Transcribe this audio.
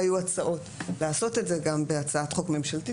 והיו הצעות לעשות את זה גם בהצעת חוק ממשלתית